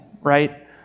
right